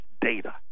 data